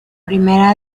primera